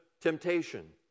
temptation